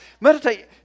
Meditate